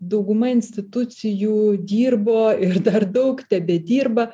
dauguma institucijų dirbo ir dar daug tebedirba